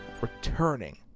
returning